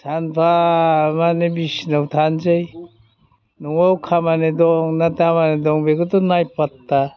सानफामानि बिसनायाव थानोसै न'आव खामानि दं ना दामानि दं बेखौथ' नायफाथथा